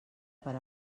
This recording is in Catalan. per